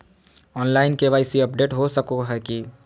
Online KYC update हो सको है की?